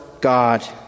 God